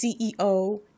CEO